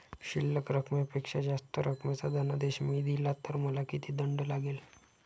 शिल्लक रकमेपेक्षा जास्त रकमेचा धनादेश मी दिला तर मला किती दंड लागेल?